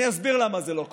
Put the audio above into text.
אני אסביר למה זה לא קורה.